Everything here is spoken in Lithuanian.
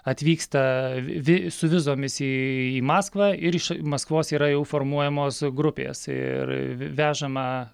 atvyksta vi su vizomis į į maskvą ir iš maskvos yra jau formuojamos grupės ir vežama